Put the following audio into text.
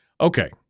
Okay